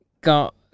got